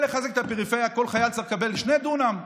כדי לחזק את הפריפריה כל חייל צריך לקבל 2 דונם בגליל.